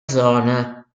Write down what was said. zona